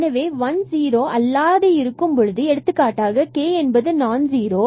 எனவே 1 0 அல்லாது இருக்கும்பொழுது எடுத்துக்காட்டாக k நான் ஜீரோ